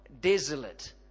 desolate